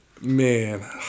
Man